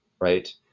Right